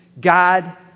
God